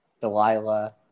Delilah